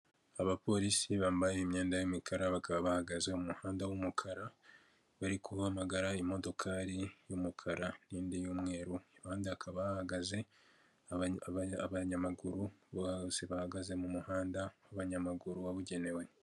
Abapolisi bambaye imyenda y'imikara, bakaba bahagaze muhanda w'umukara, bari guhamagara imodoka y'umukara nindi y'umweru, ku ruhande hakaba hahagaze abanyamaguru, bose bahagaze mu muhanda w'abanyamaguru wabugenewe.